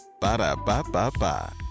Ba-da-ba-ba-ba